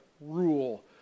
rule